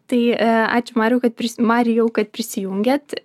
tai ačiū mariau kad marijau kad prisijungėt